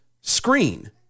screen